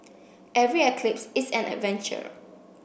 every eclipse is an adventure